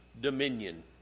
dominion